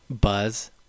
buzz